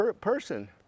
person